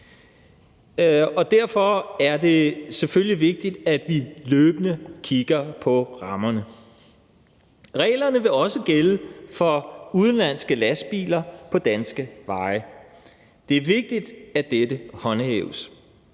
selvfølgelig vigtigt, at vi løbende kigger på rammerne. Reglerne vil også gælde for udenlandske lastbiler på danske veje. Det er vigtigt, at dette håndhæves.